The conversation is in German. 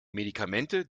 medikamente